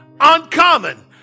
uncommon